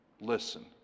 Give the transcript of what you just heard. listen